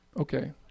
okay